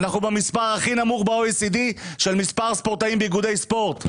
אנחנו במספר הכי נמוך ב-OECD של מספר הספורטאים באיגודי הספורט,